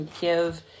give